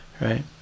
Right